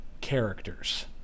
characters